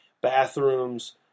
bathrooms